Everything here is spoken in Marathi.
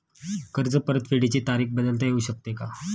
कर्ज परतफेडीची तारीख बदलता येऊ शकते का?